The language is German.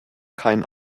keinen